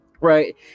right